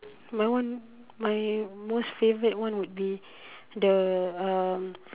my one my most favourite one would be the um